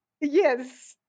Yes